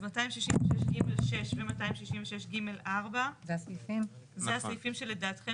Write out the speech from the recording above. אז 266ג6 ו-266ג4 אלה הסעיפים שלדעתכם